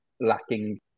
lacking